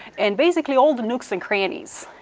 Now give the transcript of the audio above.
and basically all the nooks and crannies.